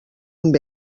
amb